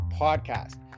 podcast